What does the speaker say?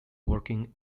working